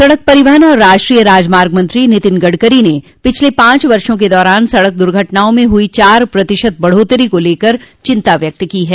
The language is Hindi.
सड़क परिवहन और राष्ट्रीय राजमार्ग मंत्री नितिन गड़करी ने पिछले पांच वर्षों के दौरान सड़क दुर्घटनाओं में हुई चार प्रतिशत बढ़ोतरी को लेकर चिन्ता व्यक्त की है